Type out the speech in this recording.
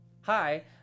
hi